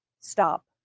stop